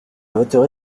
voterai